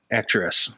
actress